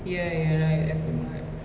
ya you are right I forgot